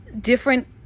different